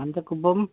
Manjakuppam